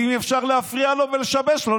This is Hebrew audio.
ואם אפשר להפריע לו ולשבש לו,